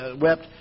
wept